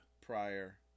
Prior